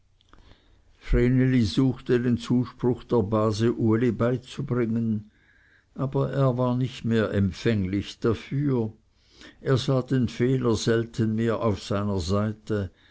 vreneli suchte den zuspruch der base uli beizubringen aber er war nicht mehr empfänglich dafür er sah den fehler selten mehr auf seiner seite